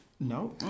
No